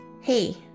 Hey